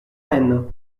rennes